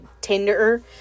Tinder